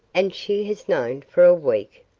and she has known for a week?